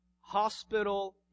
hospital